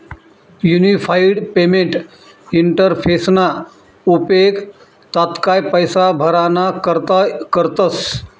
unified payment इंटरफेसना उपेग तात्काय पैसा भराणा करता करतस